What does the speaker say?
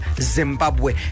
Zimbabwe